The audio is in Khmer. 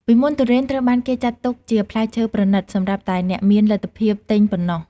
ពីមុនទុរេនត្រូវបានគេចាត់ទុកជាផ្លែឈើប្រណីតសម្រាប់តែអ្នកមានលទ្ធភាពទិញប៉ុណ្ណោះ។